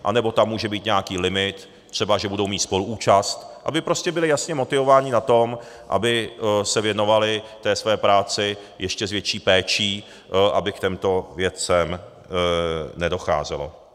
Anebo tam může být třeba nějaký limit, třeba že budou mít spoluúčast, aby prostě byli jasně motivováni na tom, aby se věnovali své práci s ještě větší péčí, aby k těmto věcem nedocházelo.